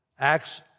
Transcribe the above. Acts